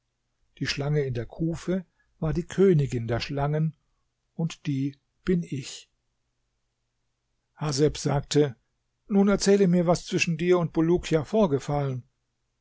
die schlange in der kufe war die königin der schlangen und die bin ich haseb sagte nun erzähle mir was zwischen dir und bulukia vorgefallen